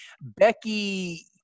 Becky